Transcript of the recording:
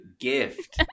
gift